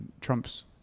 trumps